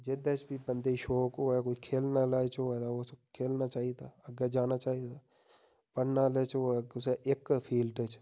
जेह्दे च बी बंदे गी शौंक होऐ कोई खेलनें आह्ला च होऐ ते खेलना चाहिदा अग्गै जाना चाहिदा पढ़ने आह्लें च होऐ ते इक फील्ड च